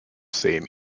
same